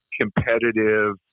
competitive